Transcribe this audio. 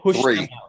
three